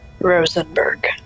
Rosenberg